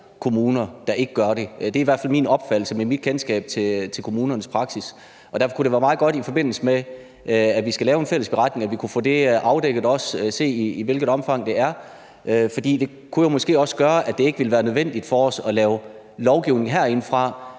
der ikke gør det – det er i hvert fald min opfattelse med mit kendskab til kommunernes praksis. Og derfor kunne det være meget godt, i forbindelse med at vi skal lave en fælles beretning, at vi også kan få det afdækket og se, i hvilket omfang det er, fordi det måske også kunne gøre, at det ikke ville være nødvendigt for os at lave lovgivning herindefra.